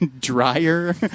drier